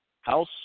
house